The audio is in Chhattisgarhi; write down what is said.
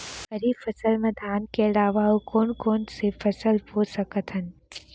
खरीफ फसल मा धान के अलावा अऊ कोन कोन से फसल बो सकत हन?